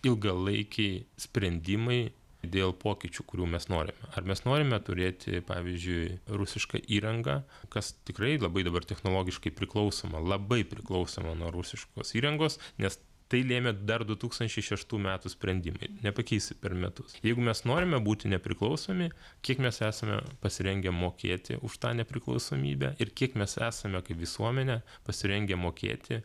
ilgalaikiai sprendimai dėl pokyčių kurių mes norime ar mes norime turėti pavyzdžiui rusišką įrangą kas tikrai labai dabar technologiškai priklausoma labai priklausoma nuo rusiškos įrangos nes tai lėmė dar du tūkstančiai šeštų metų sprendimai nepakeisi per metus jeigu mes norime būti nepriklausomi kiek mes esame pasirengę mokėti už tą nepriklausomybę ir kiek mes esame kaip visuomenė pasirengę mokėti